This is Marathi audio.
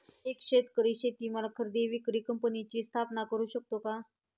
एक शेतकरी शेतीमाल खरेदी विक्री कंपनीची स्थापना करु शकतो का?